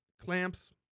clamps